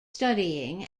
studying